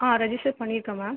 ஆ register பண்ணிருக்கேன் ma'am